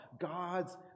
God's